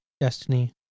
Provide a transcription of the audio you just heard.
Destiny